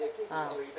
ah